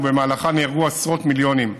ובמהלכה נהרגו עשרות-מיליונים.